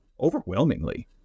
overwhelmingly